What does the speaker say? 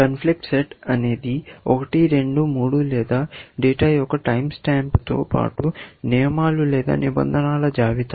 conflict set అనేది 1 2 3 లేదా data యొక్క టైమ్ స్టాంప్తో పాటు నియమాల లేదా నిబంధనల జాబితా